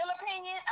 opinion